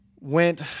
Went